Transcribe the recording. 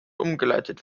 umgeleitet